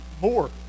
more